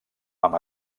amb